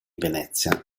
venezia